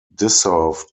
dissolved